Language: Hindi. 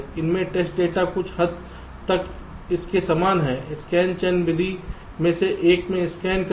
इसमें टेस्ट डेटा कुछ हद तक इसके समान है स्कैन चेन विधि में से एक में स्कैन करें